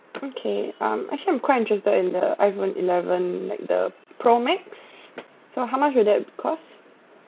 okay um actually I'm quite interested in the iPhone eleven like the pro max so how much will that cost